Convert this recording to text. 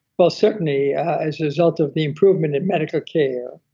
well, certainly as a result of the improvement in medical care,